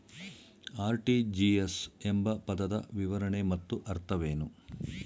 RTGS ಎಂಬ ಪದದ ವಿವರಣೆ ಮತ್ತು ಅರ್ಥವೇನು?